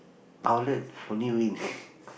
outlet only win